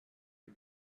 you